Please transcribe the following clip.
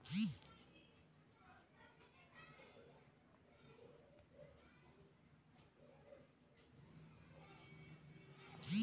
ರೈತರ ಕೈಗೆ ನಂತರ ಯಾವ ರೇತಿ ಒಕ್ಕಣೆ ಮಾಡ್ತಾರೆ ಅಂತ ನಿಮಗೆ ಗೊತ್ತೇನ್ರಿ?